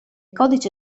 codice